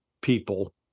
people